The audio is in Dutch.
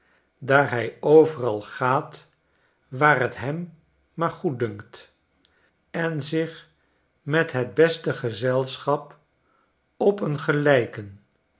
daar hij overal gaat waar t hem maar goeddunkt en zich met het beste gezelschap op een gelijken